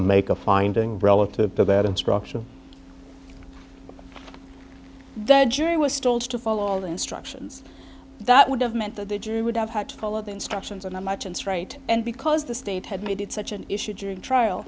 make a finding relative to that instruction the jury was told to follow all the instructions that would have meant that the jury would have had to follow the instructions on how much it's right and because the state had made it such an issue during trial